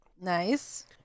Nice